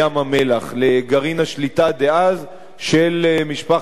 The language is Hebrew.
לגרעין השליטה דאז של משפחת אייזנברג.